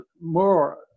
more